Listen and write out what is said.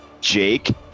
Jake